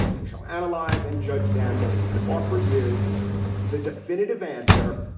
we shall analyze and judge them and offer you the definitive answer.